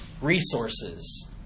Resources